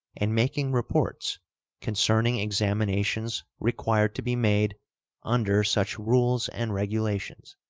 and making reports concerning examinations required to be made under such rules and regulations.